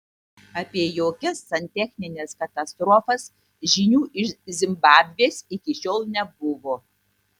apie jokias santechnines katastrofas žinių iš zimbabvės iki šiol nebuvo